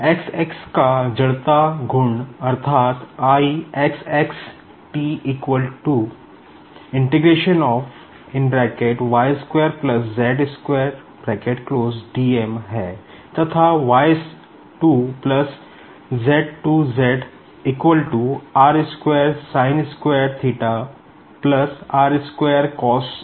xx का जड़त्वाघूर्ण अर्थात् I xx t है तथा y2z2z है